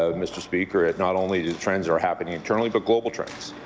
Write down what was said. ah mr. speaker, at not only the trends that are happening currently but global trends.